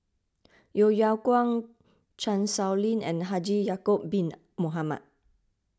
Yeo Yeow Kwang Chan Sow Lin and Haji Ya'Acob Bin Mohamed